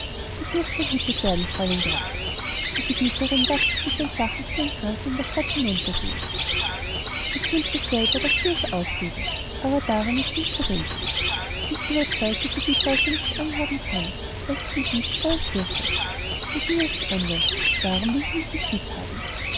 das muß verhütet werden fräulein gertrud die gebieterin darf nicht mit den sachen zu den kranken in die stadt hinuntergehen ich wünsche selber daß sie es aufgebe aber daran ist nicht zu denken sie ist überzeugt daß ihr die seuche nichts anhaben kann weil sie sich nicht vor ihr fürchtet mit mir ist's anders darum will sie mich nicht mithaben